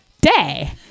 day